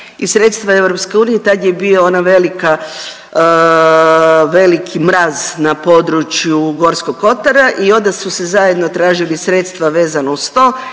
i sredstva EU, tad je bio ona veliki mraz na području Gorskog kotara i onda su se zajedno tražili sredstva vezano uz to